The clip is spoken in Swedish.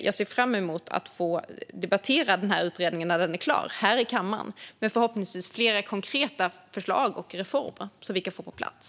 Jag ser fram emot att få debattera utredningen när den är klar, här i kammaren. Förhoppningsvis innehåller den flera konkreta förslag och reformer som vi kan få på plats.